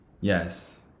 yes